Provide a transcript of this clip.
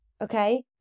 okay